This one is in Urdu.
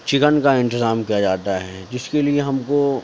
چکن کا انتظام کیا جاتا ہے جس کے لیے ہم کو